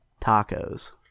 Tacos